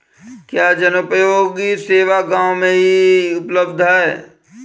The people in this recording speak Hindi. क्या जनोपयोगी सेवा गाँव में भी उपलब्ध है?